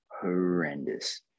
horrendous